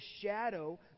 shadow